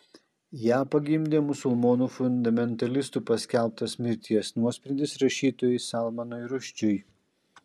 ją pagimdė musulmonų fundamentalistų paskelbtas mirties nuosprendis rašytojui salmanui rušdžiui